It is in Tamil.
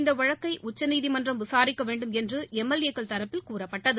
இந்தவழக்கைஉச்சநீதிமன்றம் விசாரிக்க்வேண்டும் என்றுஎம்எல்ஏக்கள் தரப்பில் கூறப்பட்டது